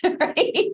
right